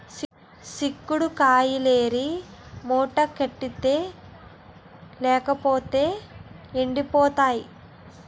సిక్కుడు కాయిలేరి మూటకెత్తాలి లేపోతేయ్ ఎండిపోయి పోతాయి